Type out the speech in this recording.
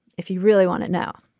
if you really want it now.